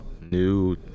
new